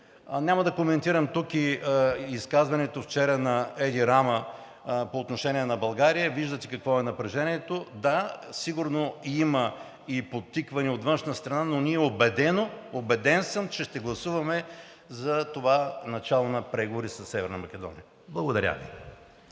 Няма да коментирам тук и изказването вчера на Еди Рама по отношение на България. Виждате какво е напрежението. Да, сигурно има и подтиквания от външна страна, но ние убедено, убеден съм, че ще гласуваме за това начало на преговори със Северна Македония. Благодаря Ви.